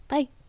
Bye